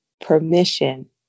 permission